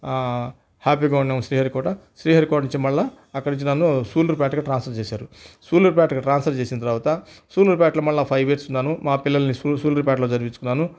హ్యాపీగా ఉన్నాం శ్రీహరికోట శ్రీహరికోట నుంచి మరల అక్కడ నుంచి నన్ను సూళ్లూరుపేటకి ట్రాన్స్పర్ చేశారు సూళ్లూరుపేటకి ట్రాన్స్పర్ చేసిన తర్వాత సూళ్లూరుపేటలో మరల ఫైవ్ ఇయర్స్ ఉన్నాను మా పిల్లల్నిసూళ్లూరు సూళ్లూరుపేటలో చదివించుకున్నాను